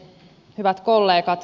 hyvät kollegat